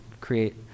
create